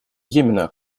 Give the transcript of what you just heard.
йемена